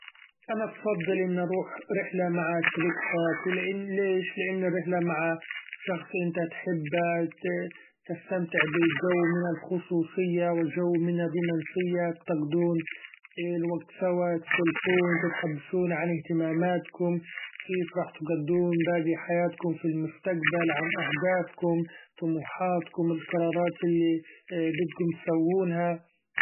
أنا بفضل إني أروح رحلة مع شريك حياتي لإن ليش؟ لإن الرحلة مع شخص إنت تحبه تستمتع بچو من الخصوصية و چو من الرومإنسية، بتقضون الوقت سوا تسولفون تتحدثون عن اهتماماتكم كيف راح تقضون باقي حياتكم في المستقبل ؟ عن اهدافكم طموحاتكم القرارات اللي بدكم تسوونها.